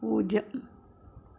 പൂജ്യം